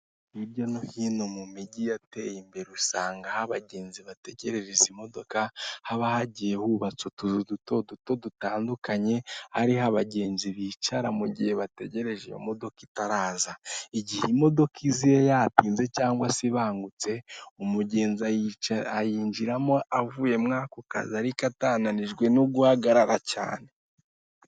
Hirya no hino mu mijyi yateye imbere usanga ha abagenzi bategereza imodoka haba hagiye hubatse utuzu duto duto dutandukanye, hariho abagenzi bicara mu gihe bategereje iyo imodoka itaraza. Igihe imodoka iziye yatinze cyangwa se ibangutse, umugenzi ayinjiramo avuye muri ako kazi ariko atananijwe no guhagarara cyane.